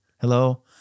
hello